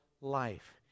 life